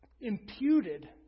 imputed